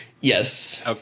Yes